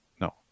no